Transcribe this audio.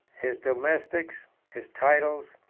his domestics, his titles,